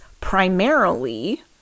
primarily